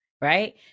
right